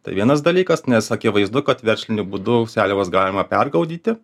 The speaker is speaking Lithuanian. tai vienas dalykas nes akivaizdu kad versliniu būdu seliavas galima pergaudyti